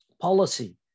policy